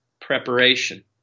preparation